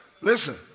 Listen